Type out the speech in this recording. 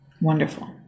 Wonderful